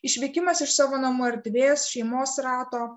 išvykimas iš savo namų erdvės šeimos rato